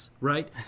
right